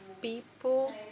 people